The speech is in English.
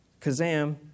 kazam